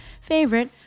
Favorite